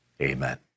Amen